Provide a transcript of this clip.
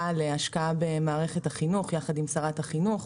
להשקעה במערכת החינוך יחד עם שרת החינוך,